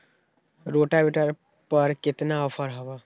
Rotavator पर केतना offer हव?